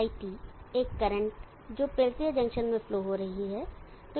iP एक current जो Peltier junction में फ्लो हो रही है